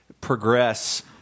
progress